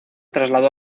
trasladó